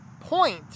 point